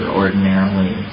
ordinarily